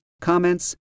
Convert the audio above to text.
comments